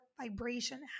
vibration